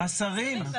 השרים.